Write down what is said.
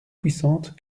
puissante